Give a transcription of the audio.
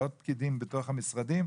לעוד פקידים בתוך המשרדים?